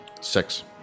Six